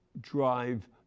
drive